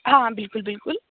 हाँ बिल्कुल बिल्कुल